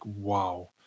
Wow